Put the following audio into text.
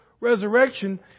resurrection